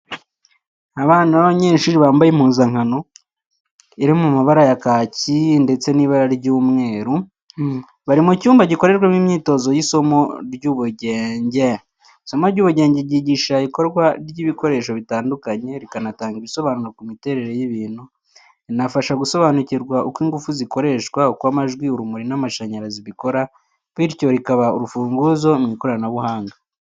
Abana b'abanyeshuri bambaye impuzankano iri mu ibara rya kaki ndetse n'ibara ry'umweru, bari mu cyumba gikorerwamo imyitozo y'isomo ry'ubugenge. Isomo ry'ubugenge ryigisha ikorwa ry’ibikoresho bitandukanye, rikanatanga ibisobanuro ku miterere y’ibintu, rinafasha gusobanukirwa uko ingufu zikoreshwa, uko amajwi, urumuri n’amashanyarazi bikora, bityo rikaba urufunguzo mu ikoranabuhanga.